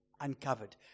uncovered